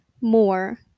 more